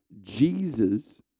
Jesus